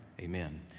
amen